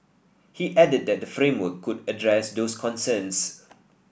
he added that the framework could address those concerns